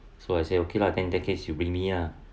so I say okay lah then decades you bring me ah